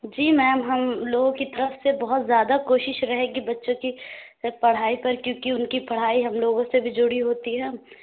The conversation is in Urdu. جی میم ہم لوگوں کی طرف سے بہت زیادہ کوشش رہے گی بچوں كی پڑھائی پر كیوں كہ اُن كی پڑھائی ہم لوگوں سے بھی جڑی ہوتی ہے